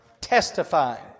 testifying